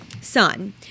son